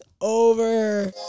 over